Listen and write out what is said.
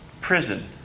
prison